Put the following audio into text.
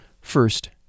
First